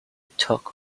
took